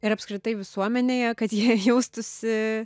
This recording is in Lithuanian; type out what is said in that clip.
ir apskritai visuomenėje kad jie jaustųsi